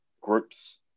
groups